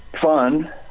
fun